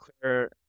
clear